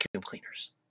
cleaners